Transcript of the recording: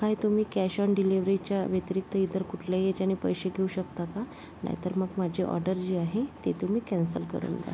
काय तुम्ही cash on डिलिवरीच्या व्यतिरिक्त इतर कुठल्याही ह्याच्याने पैसे घेऊ शकता का नाहीतर मग माझी ऑर्डर जी आहे ती तुम्ही कॅन्सल करून द्या